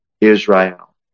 Israel